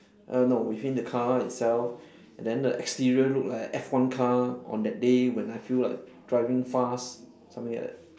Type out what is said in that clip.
uh no within the car itself and then the exterior look like a f one car on that day when I feel like driving fast something like that